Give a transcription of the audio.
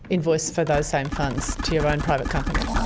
invoice for those same funds to your own private company?